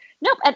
Nope